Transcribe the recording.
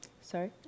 Sorry